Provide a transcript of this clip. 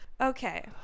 okay